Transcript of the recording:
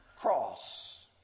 cross